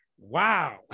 Wow